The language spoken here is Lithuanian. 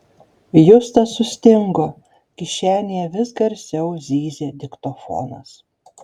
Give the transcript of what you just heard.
justas sustingo kišenėje vis garsiau zyzė diktofonas